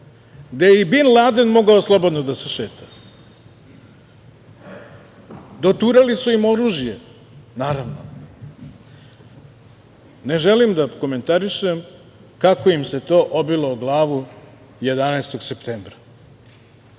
gde je i Bin Laden mogao slobodno da se šeta. Doturali su im oružje, naravno. Ne želim da komentarišem kako im se to obilo o glavu 11. septembra,